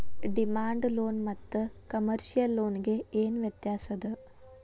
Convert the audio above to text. Demand loan ಮತ್ತ commercial loan ಗೆ ಏನ್ ವ್ಯತ್ಯಾಸದ?